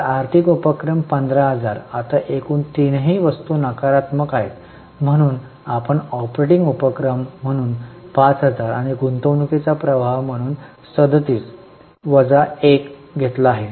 तर आर्थिक उपक्रम 15000 आता एकूण तीनही वस्तू नकारात्मक आहेत म्हणून आपण ऑपरेटिंग उपक्रम म्हणून 5000 आणि गुंतवणूकीचा प्रवाह म्हणून वजा 37 व वजा १ वजा घेतला आहे